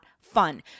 fun